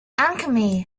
alchemy